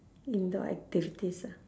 indoor activities ah